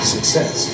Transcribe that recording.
Success